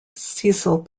cecil